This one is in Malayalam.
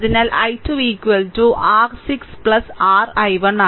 അതിനാൽ I2 r 6 r I1